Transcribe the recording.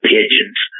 Pigeons